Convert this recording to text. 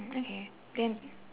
okay then